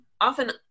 often